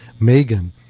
Megan